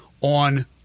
on